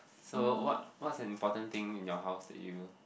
so what what's an important thing in your house that you